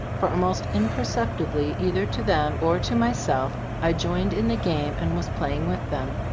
for almost imperceptibly either to them or to myself, i joined in the game and was playing with them.